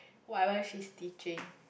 whatever she's teaching